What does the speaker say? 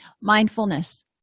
Mindfulness